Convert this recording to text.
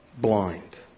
blind